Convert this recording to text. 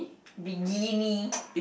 bikini